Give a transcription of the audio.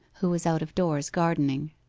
who was out of doors gardening.